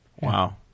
Wow